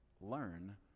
Learn